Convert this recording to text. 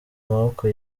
maboko